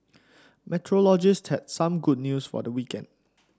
meteorologists had some good news for the weekend